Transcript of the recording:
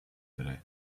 today